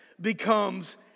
becomes